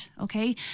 Okay